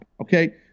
okay